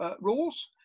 rules